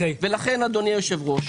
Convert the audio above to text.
לכן אדוני היושב ראש,